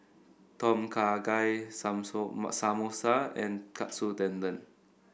Tom Kha Gai Samosa and Katsu Tendon